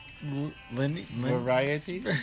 variety